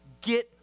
get